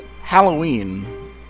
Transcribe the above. Halloween